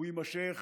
הוא יימשך